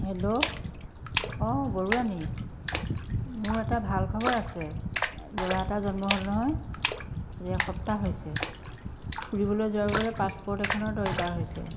hello অঁ বৰুৱানী মোৰ এটা ভাল খবৰ আছে ল'ৰা এটা জন্ম হ'ল নহয় আজি এসপ্তাহ হৈছে ফুৰিবলৈ যাবলৈ পাছপৰ্ট এখনৰ দৰকাৰ হৈছে